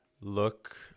look